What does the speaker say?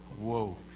Whoa